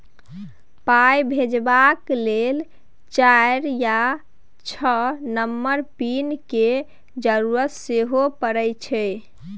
पाइ भेजबाक लेल चारि या छअ नंबरक पिन केर जरुरत सेहो परय छै